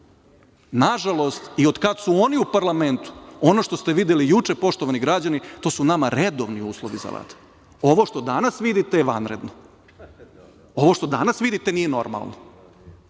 na žalost od kad su oni u parlamentu. Ono što ste videli juče, poštovani građani, to su nama redovni uslovi za rad. Ovo što danas vidite je vanredno. Ovo što danas vidite nije normalno,